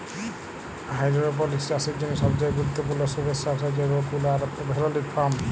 hydroponics চাষের জ্যনহে সবচাঁয়ে গুরুত্তপুর্ল সুবস্ট্রাটাস হছে রোক উল আর ফেললিক ফম